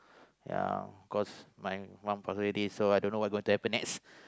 yeah cause my mum out already so I don't know what's going to happen next